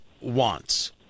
wants